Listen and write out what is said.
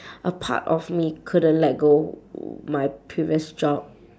a part of me couldn't let go my previous job